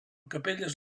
capelles